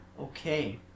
Okay